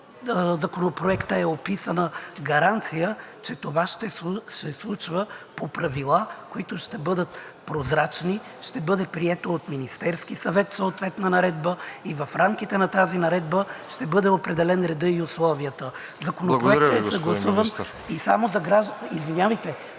Законопроекта е описана гаранция, че това ще се случва по правила, които ще бъдат прозрачни, ще бъде приета от Министерския съвет съответна наредба и в рамките на тази наредба ще бъде определен редът и условията. ПРЕДСЕДАТЕЛ РОСЕН ЖЕЛЯЗКОВ: Благодаря Ви, господин Министър.